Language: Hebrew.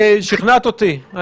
שכנעת אותי.